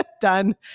done